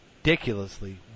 ridiculously